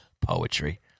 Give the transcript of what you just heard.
poetry